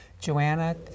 Joanna